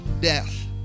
death